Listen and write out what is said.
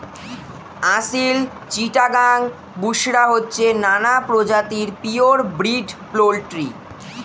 আসিল, চিটাগাং, বুশরা হচ্ছে নানা প্রজাতির পিওর ব্রিড পোল্ট্রি